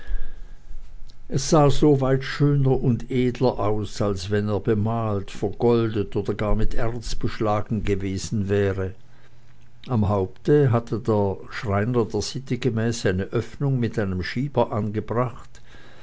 er sah so weit schöner und edler aus als wenn er bemalt vergoldet oder gar mit erz beschlagen gewesen wäre am haupte hatte der schreiner der sitte gemäß eine öffnung mit einem schieber angebracht